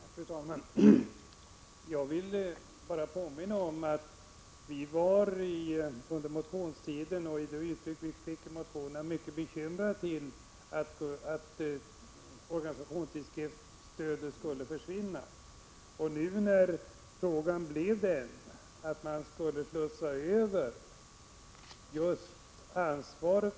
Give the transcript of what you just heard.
Fru talman! Jag vill bara påminna om att vi under motionstiden framförde att vi var mycket bekymrade för att stödet till organisationstidskrifterna skulle försvinna.